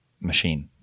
machine